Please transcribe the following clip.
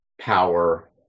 power